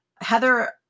Heather